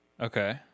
Okay